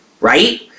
Right